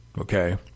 Okay